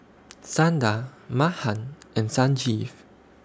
Sundar Mahan and Sanjeev